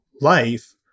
life